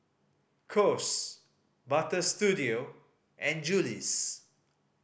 Kose Butter Studio and Julie's